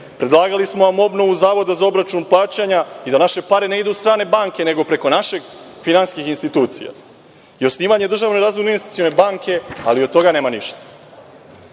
Predlagali smo vam obnovu Zavoda za obračun plaćanja i da naše pare ne idu u strane banke nego preko naših finansijskih institucija i osnivanje državne razvojne investicione banke, ali od toga nema ništa. Ponovo